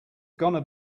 gonna